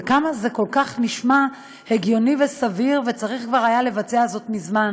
כמה זה כל כך נשמע הגיוני וסביר וצריך כבר היה לבצע זאת מזמן.